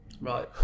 Right